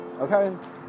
okay